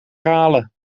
herhalen